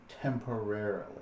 temporarily